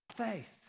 faith